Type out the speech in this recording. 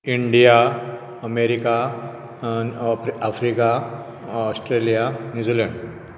India America ओप्र Africa Australia New Zealand